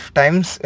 times